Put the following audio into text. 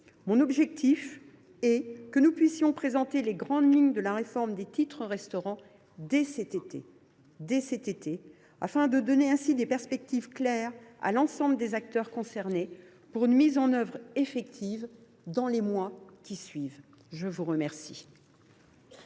Mon objectif est que nous puissions présenter les grandes lignes de la réforme des titres restaurant dès cet été, afin de donner des perspectives claires à l’ensemble des acteurs concernés, pour une mise en œuvre effective dans les mois qui suivent. La parole